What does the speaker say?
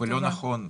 ולא נכון,